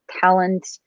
talent